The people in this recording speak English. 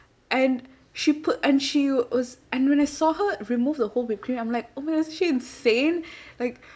and she put and she was and when I saw her remove the whole whipped cream I'm like oh my god is she insane like